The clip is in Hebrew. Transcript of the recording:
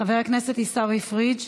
חבר הכנסת עיסאווי פריג',